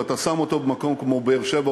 ואתה שם אותו במקום כמו באר-שבע,